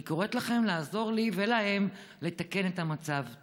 אני קוראת לכם לעזור לי ולהם לתקן את המצב.